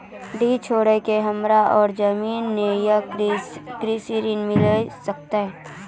डीह छोर के हमरा और जमीन ने ये कृषि ऋण मिल सकत?